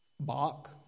Bach